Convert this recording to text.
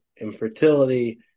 infertility